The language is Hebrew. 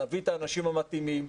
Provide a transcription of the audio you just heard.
נביא את האנשים המתאימים,